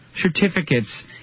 certificates